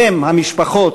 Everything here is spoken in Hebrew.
הן, המשפחות,